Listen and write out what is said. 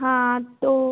हाँ तो